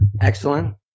Excellent